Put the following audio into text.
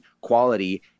quality